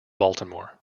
baltimore